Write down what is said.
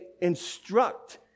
instruct